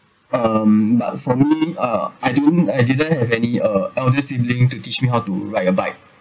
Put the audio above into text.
um but for me ah I didn't I didn't have any uh elder sibling to teach me how to ride a bike